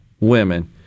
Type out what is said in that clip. Women